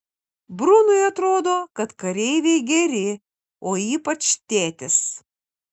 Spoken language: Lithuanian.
brunui atrodo kad kareiviai geri o ypač tėtis